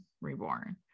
reborn